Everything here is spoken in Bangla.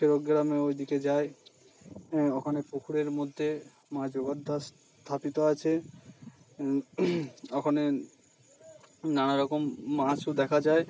দেবগ্রামের ওইদিকে যাই ওখানে পুকুরের মধ্যে মা স্থাপিত আছে ওখানে নানারকম মাছও দেখা যায়